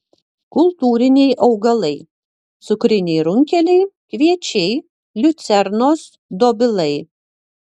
kultūriniai augalai cukriniai runkeliai kviečiai liucernos dobilai